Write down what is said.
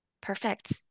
perfect